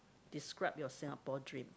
describe your Singapore dream